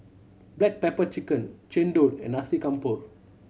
black pepper chicken chendol and Nasi Campur